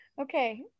Okay